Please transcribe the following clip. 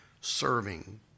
serving